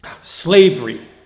slavery